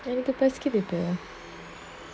then later first kid is there